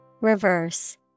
Reverse